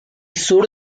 sur